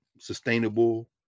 sustainable